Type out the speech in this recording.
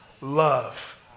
Love